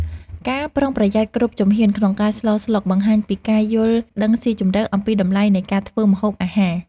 ការប្រុងប្រយ័ត្នគ្រប់ជំហានក្នុងការស្លស្លុកបង្ហាញពីការយល់ដឹងស៊ីជម្រៅអំពីតម្លៃនៃការធ្វើម្ហូបអាហារ។